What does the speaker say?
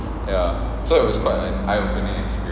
ya so it was quite an eye opening experience